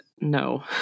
No